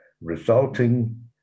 resulting